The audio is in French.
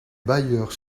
bailleurs